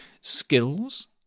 Skills